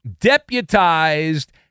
deputized